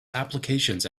applications